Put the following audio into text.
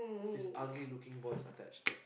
this ugly looking boys attached